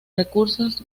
recursos